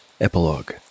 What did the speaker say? Epilogue